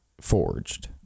forged